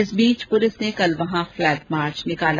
इस बीच पुलिस ने कल फ्लेग मार्च निकाला